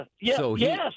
yes